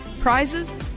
prizes